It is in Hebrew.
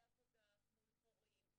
בעבודה מול הורים,